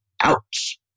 Ouch